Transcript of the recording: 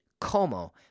como